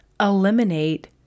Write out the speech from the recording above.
eliminate